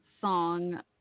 song